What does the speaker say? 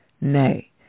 Nay